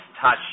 touch